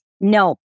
no